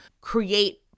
create